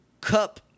cup